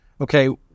okay